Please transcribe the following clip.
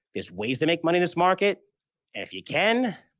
there's ways to make money in this market and if you can,